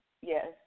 yes